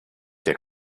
der